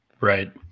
right